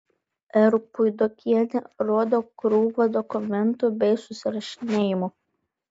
r puidokienė rodo krūvą dokumentų bei susirašinėjimų